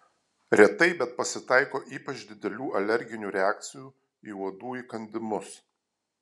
retai bet pasitaiko ypač didelių alerginių reakcijų į uodų įkandimus